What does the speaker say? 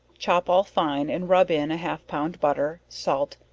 chop all fine and rub in half pound butter, salt,